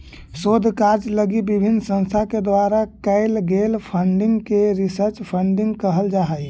शोध कार्य लगी विभिन्न संस्था के द्वारा कैल गेल फंडिंग के रिसर्च फंडिंग कहल जा हई